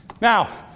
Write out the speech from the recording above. Now